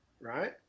right